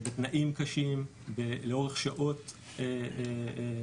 בתנאים קשים ולאורך שעות ממושכות,